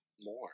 more